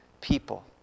people